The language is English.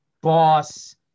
boss